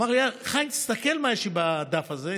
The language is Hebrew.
הוא אמר לי: חיים, תסתכל מה יש לי בדף הזה.